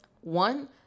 one